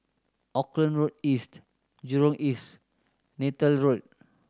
Auckland Road East Jurong East Neythal Road